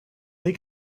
they